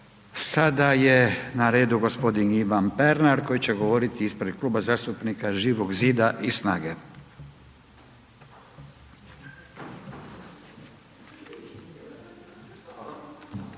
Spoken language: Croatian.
Sada je na redu gospodin Ivan Pernar koji će govoriti ispred Kluba zastupnika Živog zida i Snage.